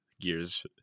gears